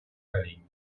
поколений